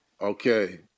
Okay